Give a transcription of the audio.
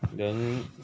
then